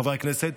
חברי הכנסת,